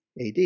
AD